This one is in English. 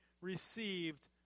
received